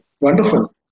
Wonderful